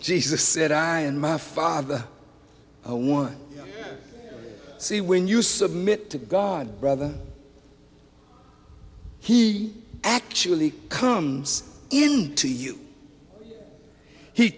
jesus said i and my father a one c when you submit to god brother he actually comes in to you he